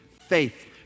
faith